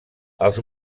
els